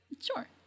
Sure